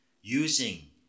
using